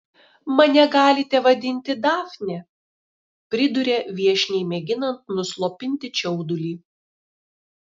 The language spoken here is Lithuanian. mane galite vadinti dafne priduria viešniai mėginant nuslopinti čiaudulį